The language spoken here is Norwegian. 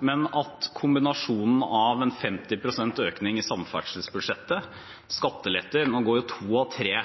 men at 50 pst. økning i samferdselsbudsjettet, skattelette – nå går to av tre